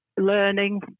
learning